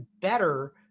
better